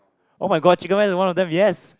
oh-my-god chicken rice is one of them yes